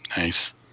Nice